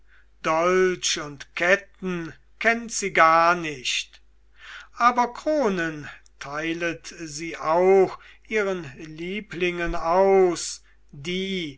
dolch und ketten kennt sie gar nicht aber kronen teilet sie auch ihren lieblingen aus die